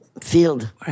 field